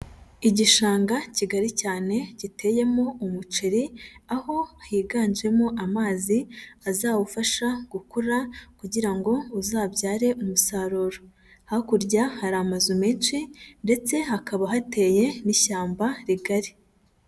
Igishanga kigari cyane giteyemo umuceri, aho higanjemo amazi azawufasha gukura kugira ngo uzabyare umusaruro, hakurya hari amazu menshi ndetse hakaba hateye n'ishyamba rigari.